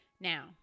Now